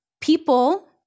people